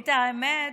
את האמת,